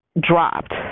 dropped